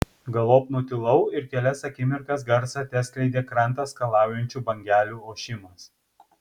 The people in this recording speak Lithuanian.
galop nutilau ir kelias akimirkas garsą teskleidė krantą skalaujančių bangelių ošimas